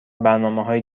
برنامههای